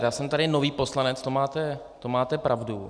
Já jsem tady nový poslanec, to máte pravdu.